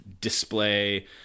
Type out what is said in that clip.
display